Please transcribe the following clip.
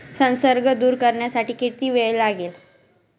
संसर्ग दूर करण्यासाठी किती वेळ लागेल?